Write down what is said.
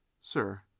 Sir